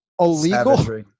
illegal